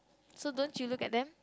so don't you look at them